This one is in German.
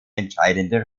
entscheidende